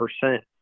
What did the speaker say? percent